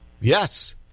Yes